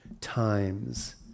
times